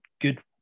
good